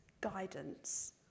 guidance